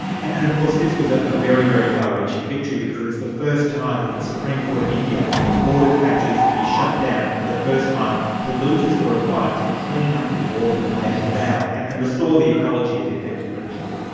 and and of course this was a ah very, very far-reaching victory because it was the first time that the supreme court of india ordered factories to be shut down, and for the first time, polluters were required to clean up the water that they had fouled, and and restore the ecology of the affected region.